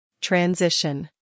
Transition